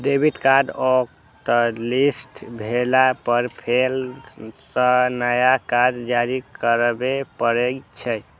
debit card hotlist भेला पर फेर सं नया कार्ड जारी करबे पड़ै छै